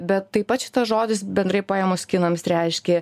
bet taip pat šitas žodis bendrai paėmus kinams reiškė